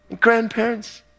Grandparents